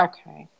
Okay